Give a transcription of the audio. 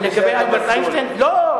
לא,